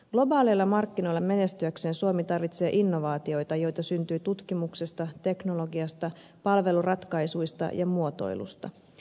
globaaleilla markkinoilla menestyäkseen suomi tarvitsee innovaatioita joita syntyy tutkimuksesta teknologiasta palveluratkaisuista ja muotoilusta